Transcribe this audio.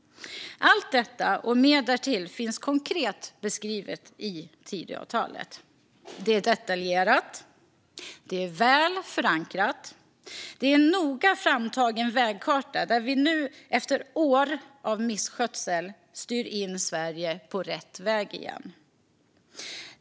Allt detta och mer därtill finns konkret beskrivet i Tidöavtalet. Det är detaljerat. Det är väl förankrat. Det är en noga framtagen vägkarta där vi nu efter år av misskötsel styr in Sverige på rätt väg igen.